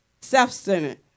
self-centered